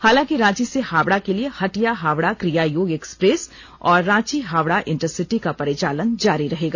हालांकि रांची से हावड़ा के लिए हटिया हावड़ा कियायोग एक्सप्रेस और रांची हावड़ा इंटरसिटी का परिचालन जारी रहेगा